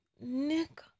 Nick